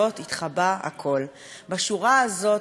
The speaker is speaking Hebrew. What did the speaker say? בשורה הזאת התחבאה הפשרה הרקובה,